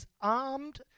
armed